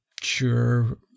sure